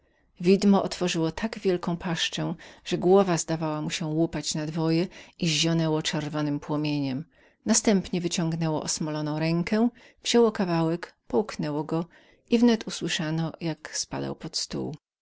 widmo otworzyło tak wielką paszczę że głowa zdawała mu się łupać na dwoje i zionęło czerwonawym płomieniem następnie wyciągnęło osmoloną rękę wzięło kawałek połknęło go i wnet usłyszano jak spadał pod stół